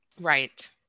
Right